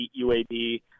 UAB